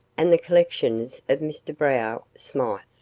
and the collections of mr. brough smyth.